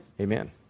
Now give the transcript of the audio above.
Amen